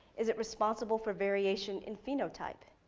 is it responsible for variable in phenotype?